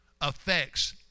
affects